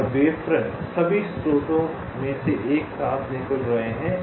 और wave front सभी स्रोतों से एक साथ निकल रहे हैं